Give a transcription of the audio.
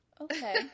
Okay